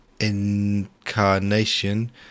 incarnation